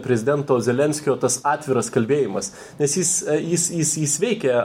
prezidento zelenskio tas atviras kalbėjimas nes jis jis jis jis veikia